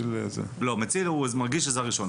לא, מציל הוא מגיש עזרה ראשונה.